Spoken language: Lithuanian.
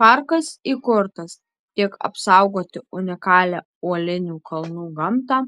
parkas įkurtas tiek apsaugoti unikalią uolinių kalnų gamtą